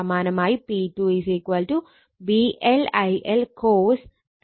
സമാനമായി P2 VL IL cos ആണ്